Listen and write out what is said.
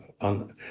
on